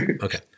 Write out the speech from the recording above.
Okay